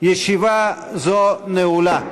ישיבה זו נעולה.